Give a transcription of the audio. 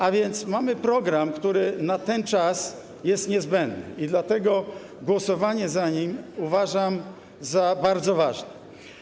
A więc mamy program, który na ten czas jest niezbędny, i dlatego głosowanie za nim uważam za bardzo ważne.